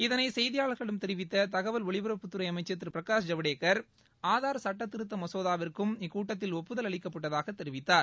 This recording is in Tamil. இதனை செய்தியாளர்களிடம் தெரிவித்த தகவல் ஒலிபரப்புத்துறை அமைச்சர் திரு பிரகாஷ் ஜவ்டேகர் ஆதார் சுட்டத்திருத்த மசோதாவிற்கும் இக்கூட்டத்தில் ஒப்புதல் அளிக்கப்பட்டதாக தெரிவித்தார்